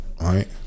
right